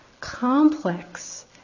complex